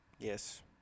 Yes